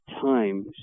time